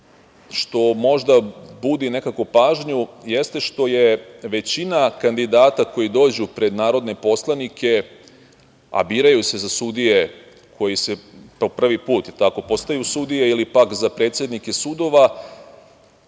što možda budi nekakvu pažnju, jeste što je većina kandidata koji dođu pred narodne poslanike, a biraju se za sudije koji po prvi put postaju sudije ili pak za predsednike sudova,